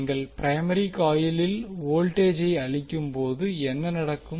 நீங்கள் பிரைமரி காயிலில் வோல்ட்டேஜை அளிக்கும்போது என்ன நடக்கும்